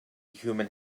human